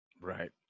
Right